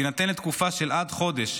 ויינתן לתקופה של עד חודש,